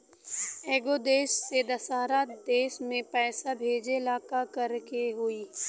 एगो देश से दशहरा देश मे पैसा भेजे ला का करेके होई?